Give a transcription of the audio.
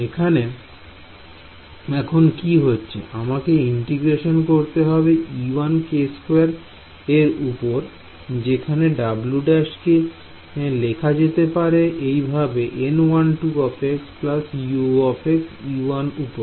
এখানে এখন কি হচ্ছে আমাকে ইন্টিগ্রেশন করতে হবে এর উপরে যেখানে w কি লেখা যেতে পারে এইভাবে N12 ও U উপরে